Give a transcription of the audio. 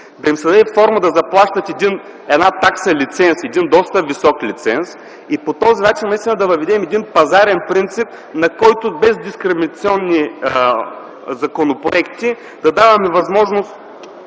да им се даде форма да заплащат една такса или лиценз, един доста висок лиценз, и по този начин наистина да въведем един пазарен принцип, по който без дискриминационни законопроекти да даваме възможност